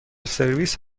سرویس